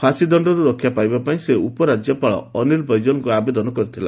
ଫାଶିଦଣ୍ଡରୁ ରକ୍ଷା ପାଇବା ପାଇଁ ସେ ଉପରାଜ୍ୟପାଳ ଅନୀଲ ବାଇଜଲଙ୍କୁ ଆବେଦନ କରିଥିଲା